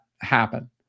happen